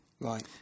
right